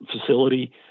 facility